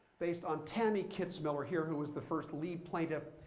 based on tammy kitzmiller here, who was the first lead plaintiff.